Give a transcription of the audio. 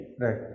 Right